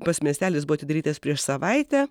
pats miestelis buvo atidarytas prieš savaitę